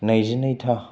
नैजिनैथा